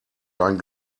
dein